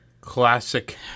Classic